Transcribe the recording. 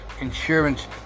insurance